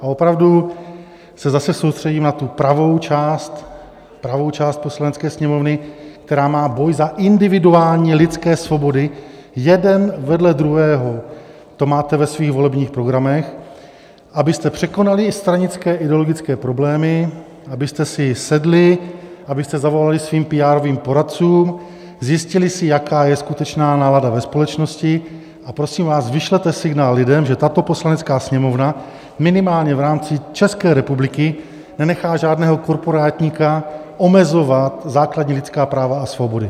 A opravdu se zase soustředím na tu pravou část Poslanecké sněmovny, která má boj za individuální lidské svobody, jeden vedle druhého to máte ve svých volebních programech, abyste překonali stranické ideologické problémy, abyste si sedli, abyste zavolali svým píárovým poradcům, zjistili si, jaká je skutečná nálada ve společnosti, a prosím vás, vyšlete lidem signál, že tato Poslanecká sněmovna minimálně v rámci České republiky nenechá žádného korporátníka omezovat základní lidská práva a svobody.